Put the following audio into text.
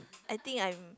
I think I'm